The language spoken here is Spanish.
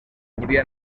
cubría